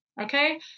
okay